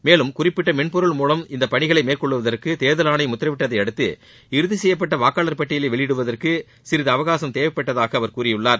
மேலும் குறிப்பிட்ட மென்பொருள் மூலம் இந்த பணிகளை மேற்கொள்வதற்கு தேர்தல் ஆணையம் உத்தரவிட்டதையடுத்து இறுதி செய்யப்பட்ட வாக்காளர் பட்டியலை வெளியிடுவதற்கு சிறிது அவகாசம் தேவைப்பட்டதாக அவர் கூறியுள்ளார்